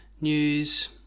news